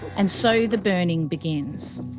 and so the burning begins.